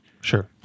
Sure